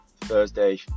Thursday